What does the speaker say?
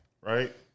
Right